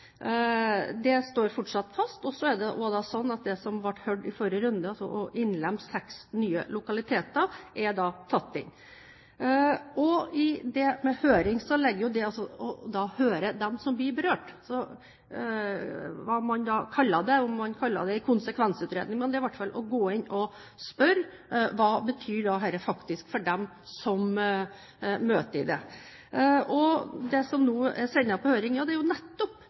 Det står fortsatt fast, og det som var på høring i forrige runde, å innlemme seks nye lokaliteter, er tatt inn. I det med høring ligger det å høre dem som blir berørt. Hva man da kaller det, om man kaller det en konsekvensutredning – det er i hvert fall å gå inn og spørre: Hva betyr dette faktisk for dem som møter dette? Det jeg nå sender på høring, dreier seg nettopp om hvordan man skal fordele maksimalt tillatt biomasse blant dem som er i den fjorden. Da er det ingen tvil om at det er